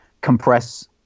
compress